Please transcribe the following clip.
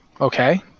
Okay